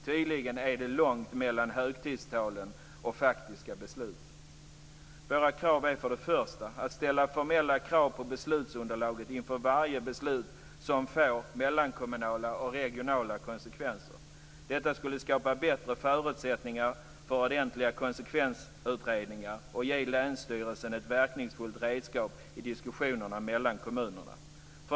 Tydligen är det långt mellan högtidstal och faktiska beslut. Vårt första krav är att ställa formella krav på beslutsunderlaget inför varje beslut som får mellankommunala och regionala konsekvenser. Detta skulle skapa bättre förutsättningar för ordentliga konsekvensutredningar och ge länsstyrelserna ett verkningsfullt redskap i diskussionerna mellan kommunerna.